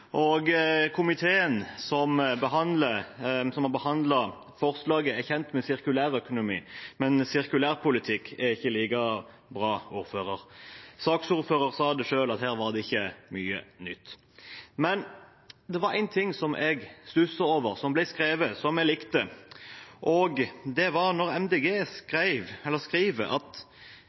Komiteen som har behandlet forslaget, er kjent med sirkulærøkonomi, men sirkulærpolitikk er ikke like bra. Saksordføreren sa selv at her er det ikke mye nytt. Det var en ting som ble skrevet som jeg stusset over, som jeg likte. Det var fra Miljøpartiet De Grønne: «Dette medlem merker seg imidlertid at